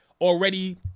already